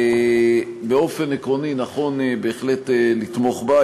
באופן עקרוני נכון בהחלט לתמוך בה.